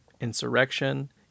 insurrection